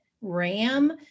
Ram